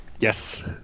Yes